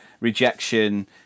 rejection